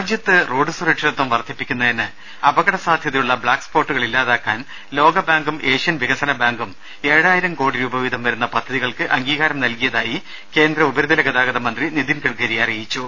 രാജ്യത്ത് റോഡ് സുരക്ഷിതത്വം വർദ്ധിപ്പിക്കുന്നതിന് അപകട സാദ്ധ്യ തയുള്ള ബ്ലാക്ക് സ്പോട്ടുകൾ ഇല്ലാതാക്കാൻ ലോകബാങ്കും ഏഷ്യൻ വിക സന ബാങ്കും ഏഴായിരം കോടി രൂപ വീതം വരുന്ന പദ്ധതികൾക്ക് അംഗീ കാരം നൽകിയതായി കേന്ദ്ര ഉപരിതല ഗതാഗത മന്ത്രി നിതിൻ ഗഡ്കരി പറഞ്ഞു